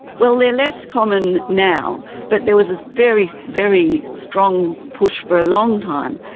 well, they're less common now, but there was a very, very strong push for a long time,